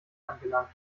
angelangt